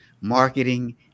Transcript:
marketing